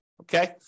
okay